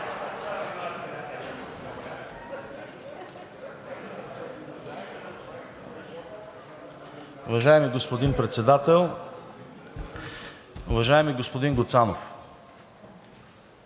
Уважаеми господин Председател! Уважаеми господин Гуцанов,